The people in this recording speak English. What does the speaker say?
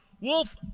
Wolf